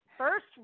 First